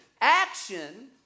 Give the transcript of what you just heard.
Action